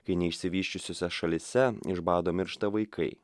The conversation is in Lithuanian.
kai neišsivysčiusiose šalyse iš bado miršta vaikai